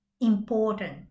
Important